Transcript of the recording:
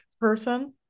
person